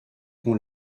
qu’on